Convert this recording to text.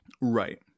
Right